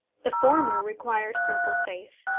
the former requires simple faith.